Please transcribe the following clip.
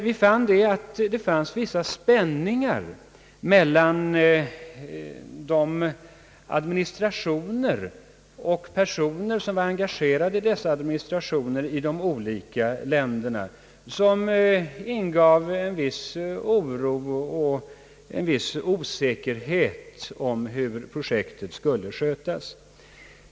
Vi fann dock att det rådde vissa spänningar mellan de administrationer och personer som var engagerade i dessa administrationer i de olika länderna som ingav en viss oro och en viss Osäkerhet om hur projektet skulle skötas.